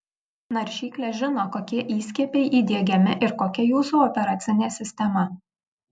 naršyklė žino kokie įskiepiai įdiegiami ir kokia jūsų operacinė sistema